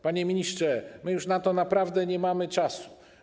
Panie ministrze, my już na to naprawdę nie mamy czasu.